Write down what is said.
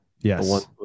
Yes